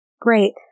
great